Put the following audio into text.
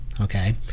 Okay